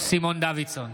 סימון דוידסון,